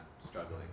struggling